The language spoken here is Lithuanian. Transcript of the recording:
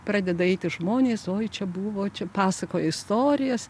pradeda eiti žmonės oi čia buvo čia pasakojo istorijas